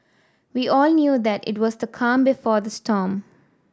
we all knew that it was the calm before the storm